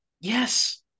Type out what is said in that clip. Yes